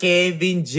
Kevin